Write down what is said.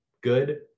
good